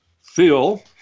phil